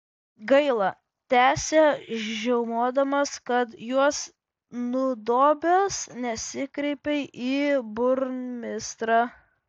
gaila tęsė žiaumodamas kad juos nudobęs nesikreipei į burmistrą